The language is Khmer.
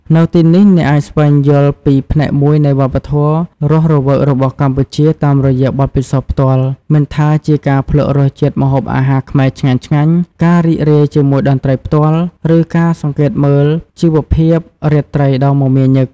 នៅទីនេះ អ្នកអាចស្វែងយល់ពី ផ្នែកមួយនៃវប្បធម៌រស់រវើករបស់កម្ពុជា តាមរយៈបទពិសោធន៍ផ្ទាល់ មិនថាជាការភ្លក្សរសជាតិម្ហូបអាហារខ្មែរឆ្ងាញ់ៗ ការរីករាយជាមួយតន្ត្រីផ្ទាល់ ឬការសង្កេតមើលជីវភាពរាត្រីដ៏មមាញឹក។